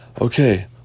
Okay